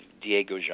Diego